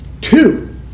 Two